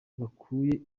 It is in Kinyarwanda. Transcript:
bakuye